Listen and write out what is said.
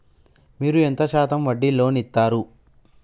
మీరు ఎంత శాతం వడ్డీ లోన్ ఇత్తరు?